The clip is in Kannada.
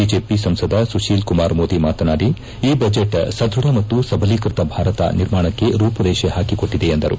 ಬಿಜೆಪಿ ಸಂಸದ ಸುಶೀಲ್ ಕುಮಾರ್ ಮೋದಿ ಮಾತನಾಡಿ ಈ ಬಜೆಟ್ ಸದ್ಯಢ ಮತ್ತು ಸಬಲೀಕೃತ ಭಾರತ ನಿರ್ಮಾಣಕ್ಕೆ ರೂಮರೇಷೆ ಹಾಕಿಕೊಟ್ಟಿದೆ ಎಂದರು